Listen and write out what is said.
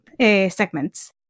segments